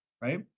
right